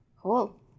Cool